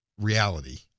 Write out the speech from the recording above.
reality